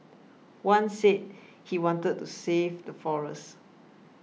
one said he wanted to save the forests